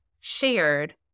shared